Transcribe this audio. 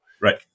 Right